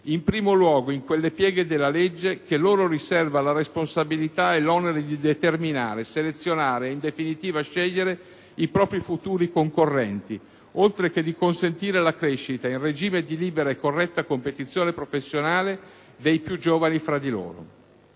in primo luogo, in quelle pieghe della legge che loro riserva la responsabilità e l'onere di determinare, selezionare e in definitiva scegliere i propri futuri concorrenti, oltre che di consentire la crescita - in regime di libera e corretta competizione professionale - dei più giovani fra di loro,